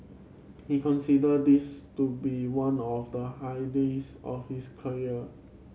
he consider this to be one of the high days of his career